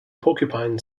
porcupine